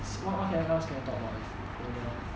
so what can else can we talk about with older